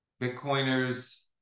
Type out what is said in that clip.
Bitcoiners